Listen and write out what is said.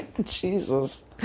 Jesus